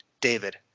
David